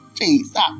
Jesus